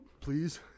Please